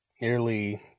nearly